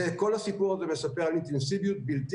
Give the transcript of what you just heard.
כל הסיפור הזה מספר על אינטנסיביות בלתי